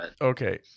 Okay